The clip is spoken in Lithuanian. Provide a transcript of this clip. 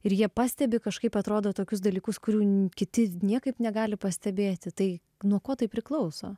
ir jie pastebi kažkaip atrodo tokius dalykus kurių kiti niekaip negali pastebėti tai nuo ko tai priklauso